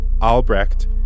Albrecht